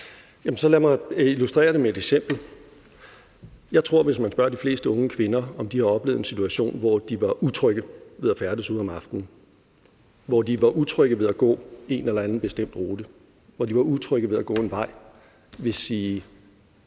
lad mig illustrere det med et eksempel: Jeg tror, at hvis man spørger de fleste unge kvinder, om de har oplevet en situation, hvor de var utrygge ved at færdes ude om aftenen, hvor de var utrygge ved at gå en eller anden bestemt rute, hvor de var utrygge ved at gå en bestemt